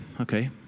okay